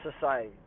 Society